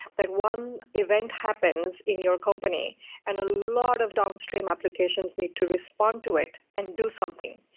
that one event happens in your company and a lot of downstream applications need to respond to it and do something.